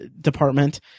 department